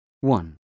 one